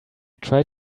tried